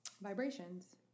vibrations